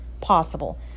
possible